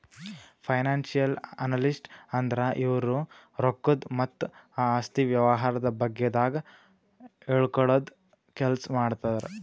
financial analyst ಅಂದ್ರ ಇವ್ರು ರೊಕ್ಕದ್ ಮತ್ತ್ ಆಸ್ತಿ ವ್ಯವಹಾರದ ಬಗ್ಗೆದಾಗ್ ಹೇಳ್ಕೊಡದ್ ಕೆಲ್ಸ್ ಮಾಡ್ತರ್